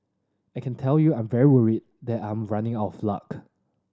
I can tell you I'm very worried that I'm running out of luck